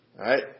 Right